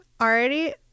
already